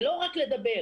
ולא רק לדבר,